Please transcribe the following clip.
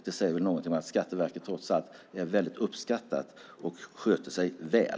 Det säger väl någonting om att Skatteverket trots allt är väldigt uppskattat och sköter sig väl.